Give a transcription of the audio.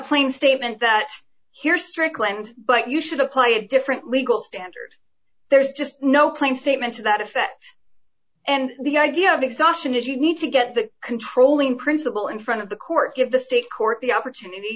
plain statement that here strickland but you should apply a different legal standard there's just no plain statement to that effect and the idea of exhaustion is you need to get the controlling principle in front of the court give the state court the opportunity